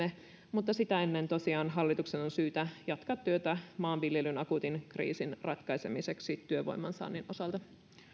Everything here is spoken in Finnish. mutta sitä ennen tosiaan hallituksen on syytä jatkaa työtä maanviljelyn akuutin kriisin ratkaisemiseksi työvoiman saannin osalta